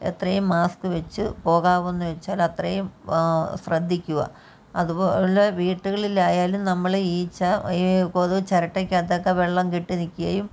എത്രയും മാസ്ക് വെച്ചു പോകാവുന്നത് വെച്ചാൽ അത്രയും ശ്രദ്ധിക്കുക അതു പോലെ വീട്ടുകളിലായാലും നമ്മൾ ഈച്ച ഈ കൊതു ചിരട്ടക്കകത്തൊക്കെ വെള്ളം കെട്ടി നിൽക്കുകയും